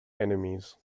enemies